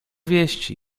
wieści